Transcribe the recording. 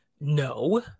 No